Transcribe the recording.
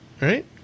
right